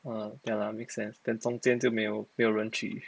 orh ya lah make sense then 中间就没有没有人去